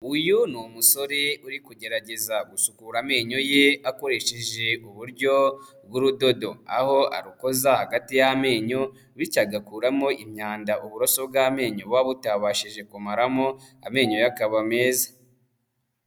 Uyu ni umusore uri kugerageza gusukura amenyo ye akoresheje uburyo bw'urudodo, aho arukoza hagati y'amenyo bityo agakuramo imyanda uburoso bw'amenyo buba butabashije kumaramo amenyo ye akaba meza.